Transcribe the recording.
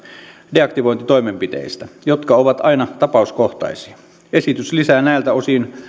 deaktivointitoimenpiteistä jotka ovat aina tapauskohtaisia esitys lisää näiltä osin